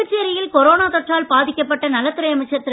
புதுச்சேரி யில் கொரோனா தொற்றால் பாதிக்கப்பட்ட நலத்துறை அமைச்சர் திரு